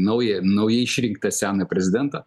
naują naujai išrinktą seną prezidentą